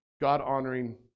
God-honoring